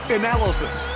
analysis